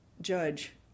judge